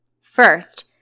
First